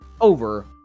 over